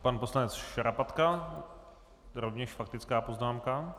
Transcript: Pan poslanec Šarapatka, rovněž faktická poznámka.